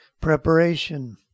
preparation